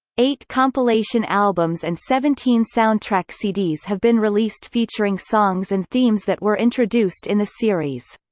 eight compilation albums and seventeen soundtrack cds have been released featuring songs and themes that were introduced in the series.